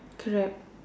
crab